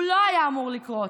הוא לא היה אמור לקרות.